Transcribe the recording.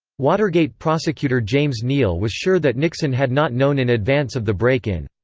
watergate prosecutor james neal was sure that nixon had not known in advance of the break-in.